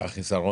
ומה החיסרון?